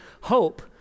hope